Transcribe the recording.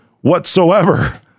whatsoever